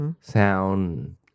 sound